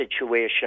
situation